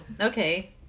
okay